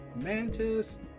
mantis